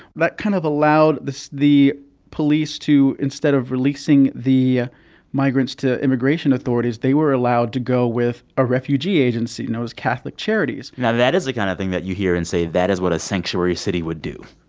that kind of allowed the so the police to instead of releasing the migrants to immigration authorities, they were allowed to go with a refugee agency, you know and it like charities now, that is the kind of thing that you hear and say, that is what a sanctuary city would do